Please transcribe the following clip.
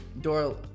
Dora